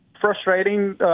frustrating